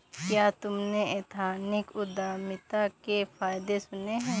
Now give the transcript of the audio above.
क्या तुमने एथनिक उद्यमिता के फायदे सुने हैं?